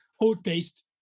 oat-based